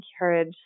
encourage